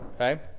Okay